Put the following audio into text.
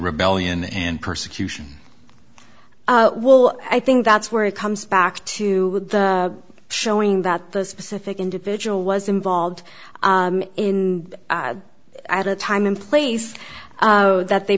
rebellion and persecution well i think that's where it comes back to the showing that the specific individual was involved in at a time in place so that they